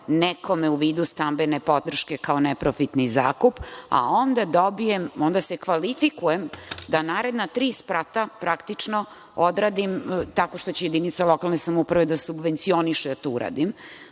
nekome u vidu stambene podrške kao neprofitni zakup, a onda se kvalifikujem da naredna tri sprata praktično odradim tako što će jedinica lokalne samouprave da subvencioniše da to uradim.U